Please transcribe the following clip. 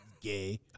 Gay